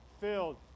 filled